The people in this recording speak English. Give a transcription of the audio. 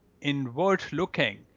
inward-looking